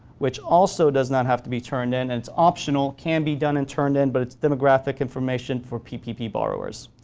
which also does not have to be turned in and it's optional. it can be done and turned in but it's demographic information for ppp borrowers.